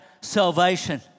salvation